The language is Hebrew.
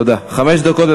חמש דקות.